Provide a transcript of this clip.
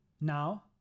now